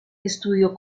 estudió